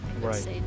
Right